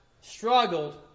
struggled